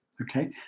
okay